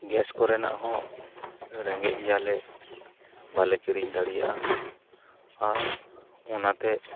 gas ᱠᱚᱨᱮᱱᱟᱜ ᱦᱚᱸ ᱨᱮᱜᱮᱡᱽ ᱜᱮᱭᱟᱞᱮ ᱵᱟᱞᱮ ᱠᱤᱨᱤᱧ ᱫᱟᱲᱮᱹᱭᱟᱜᱼᱟ ᱟᱨ ᱚᱱᱟ ᱛᱮ